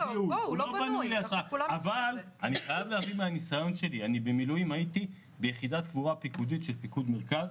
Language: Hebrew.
במילואים הייתי ביחידת הקבורה של פקמ"ז.